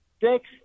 Six